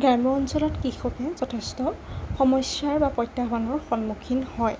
গ্ৰাম্য অঞ্চলত কৃষকে যথেষ্ট সমস্যাৰ বা প্ৰত্যাহ্বানৰ সন্মুখীন হয়